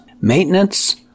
Maintenance